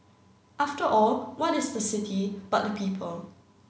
after all what is the city but the people